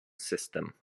system